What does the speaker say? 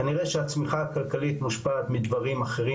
כנראה שהצמיחה הכלכלית מושפעת מדברים אחרים